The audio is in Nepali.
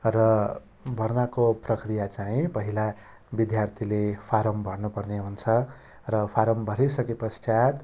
र भर्नाको प्रक्रिया चाहिँ पहिला विद्यार्थीले फारम भर्नपर्ने हुन्छ र फारम भरिसकेपश्चात